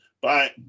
Bye